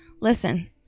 Listen